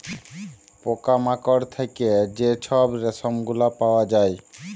পকা মাকড় থ্যাইকে যে ছব রেশম গুলা পাউয়া যায়